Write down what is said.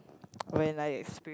when I experience